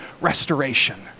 restoration